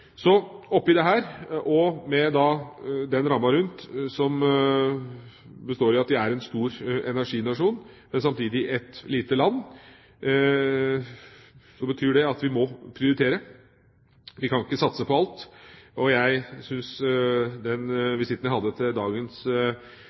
Det betyr – med denne rammen rundt som består i at vi er en stor energinasjon, men samtidig et lite land – at vi må prioritere. Vi kan ikke satse på alt. Jeg synes den